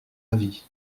avis